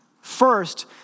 First